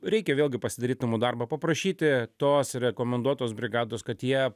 reikia vėlgi pasidaryt namų darbą paprašyti tos rekomenduotos brigados kad jie